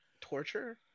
torture